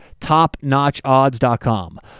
topnotchodds.com